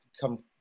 come